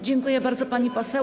Dziękuję bardzo, pani poseł.